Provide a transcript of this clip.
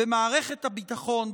במערכת הביטחון,